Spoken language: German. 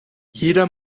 jeder